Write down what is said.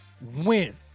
wins